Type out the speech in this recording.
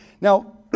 Now